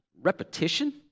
repetition